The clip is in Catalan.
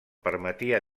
permetia